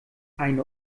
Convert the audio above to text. eine